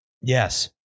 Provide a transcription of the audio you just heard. Yes